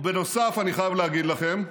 ובנוסף, אני חייב להגיד לכם,